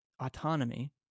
autonomy